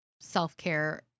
self-care